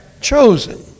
chosen